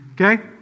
Okay